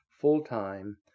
full-time